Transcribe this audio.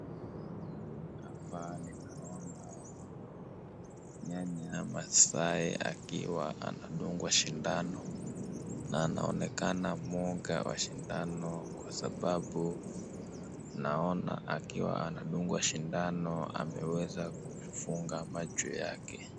Hapa ninaona nyanya maasai akiwa anadungwa sindano na anaonekana mwoga wa sindano kwa sababu naona akiwa anadungwa sindano ameweza kufunga macho yake.